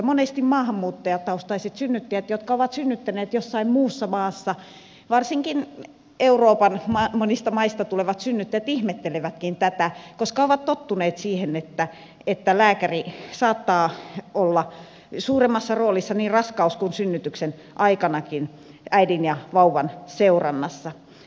monesti maahanmuuttajataustaiset synnyttäjät jotka ovat synnyttäneet jossain muussa maassa varsinkin euroopan monista maista tulevat synnyttäjät ihmettelevätkin tätä koska ovat tottuneet siihen että lääkäri saattaa olla suuremmassa roolissa niin raskauden kuin synnytyksenkin aikana äidin ja vauvan seurannassa